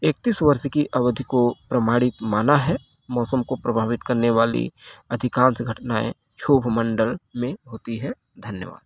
एकतीस वर्ष की अवधि को प्रमाणित माना है मौसम को प्रभावित करने वाली अधिकांश घटनाएँ क्षोभमंडल में होती हैं धन्यवाद